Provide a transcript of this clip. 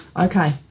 Okay